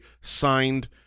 signed